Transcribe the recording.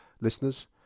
listeners